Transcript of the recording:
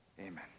Amen